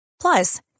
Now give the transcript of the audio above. Plus